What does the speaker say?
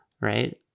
Right